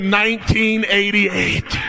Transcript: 1988